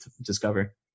discover